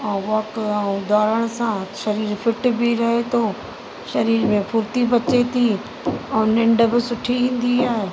ऐं वॉक ऐं दौड़ण सां शरीर फिट बि रहे थो शरीर में फुर्ति बि अचे थी ऐं निंड बि सुठी ईंदी आहे